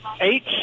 eight